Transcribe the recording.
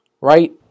Right